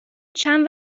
چند